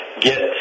get